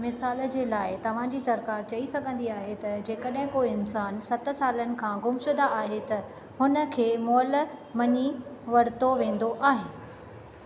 मिसाल जे लाइ तव्हांजी सरकार चई सघंदी आहे त जेकड॒हिं को इंसान सत सालनि खां गुमशुदा आहे त हुन खे मुअलु मञी वरितो वेंदो आहे